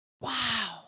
Wow